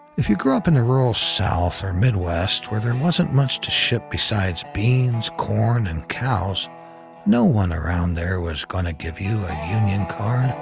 if you grew up in the rural south or midwest, where there wasn't much to ship besides beans, corn and cows no one around there was gonna to give you a union card.